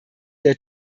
der